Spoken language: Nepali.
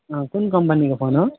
ए कुन कम्पनीको फोन हो